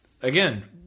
again